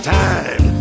time